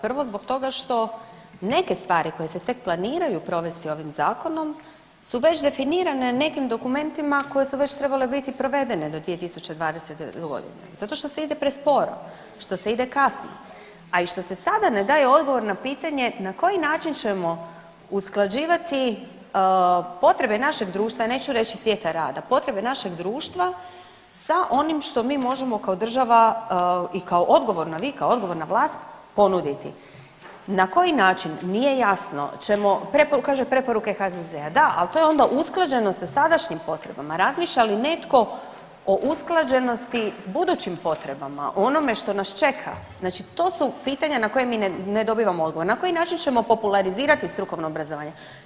Prvo zbog toga što neke stvari koje se tek planiraju provesti ovim zakonom su već definirane nekim dokumentima koje su već trebale biti provedene do 2020.g., zato što se ide presporo, što se ide kasno, a i što se sada ne daje odgovor na pitanje na koji način ćemo usklađivati potrebe našeg društva, ja neću reći svijeta rada, potrebe našeg društva sa onim što mi možemo kao država i kao odgovorna, vi kao odgovorna vlast ponuditi, na koji način nije jasno ćemo preporuke, on kaže preporuke HZZ-a, da al to je onda usklađenost sa sadašnjim potrebama, razmišlja li netko o usklađenosti s budućim potrebama, o onome što nas čeka, znači to su pitanja na koja mi ne dobivamo odgovor, na koji način ćemo populazirati strukovno obrazovanje.